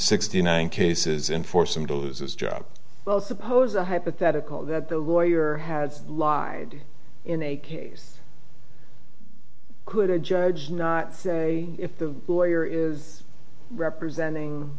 sixty nine cases and force him to lose his job well suppose a hypothetical that the lawyer has lied in a case could a judge not say if the lawyer is representing